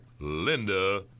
Linda